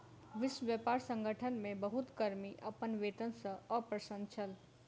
विश्व व्यापार संगठन मे बहुत कर्मी अपन वेतन सॅ अप्रसन्न छल